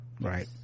Right